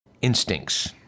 instincts